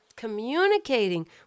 communicating